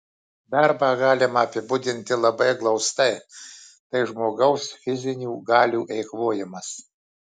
darbą galima apibūdinti labai glaustai tai žmogaus fizinių galių eikvojimas